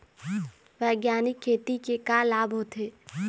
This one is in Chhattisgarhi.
बैग्यानिक खेती के का लाभ होथे?